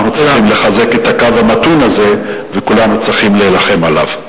אנחנו צריכים לחזק את הקו המתון הזה ולהילחם עליו,